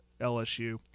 lsu